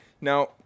Now